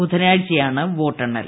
ബുധാനാഴ്ചയാണ് വോട്ടെണ്ണൽ